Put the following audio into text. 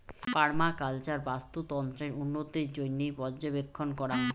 permaculture বাস্তুতন্ত্রের উন্নতির জইন্যে পর্যবেক্ষণ করাং